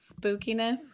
spookiness